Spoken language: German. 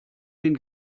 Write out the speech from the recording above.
den